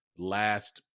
last